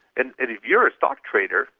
and if you are a stock trader,